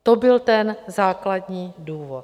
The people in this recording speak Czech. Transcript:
To byl ten základní důvod.